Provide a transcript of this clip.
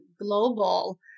global